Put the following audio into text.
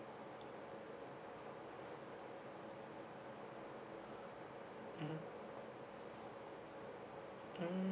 mmhmm mm